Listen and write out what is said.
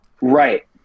Right